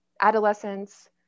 adolescence